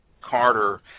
Carter